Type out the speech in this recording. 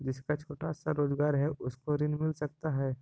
जिसका छोटा सा रोजगार है उसको ऋण मिल सकता है?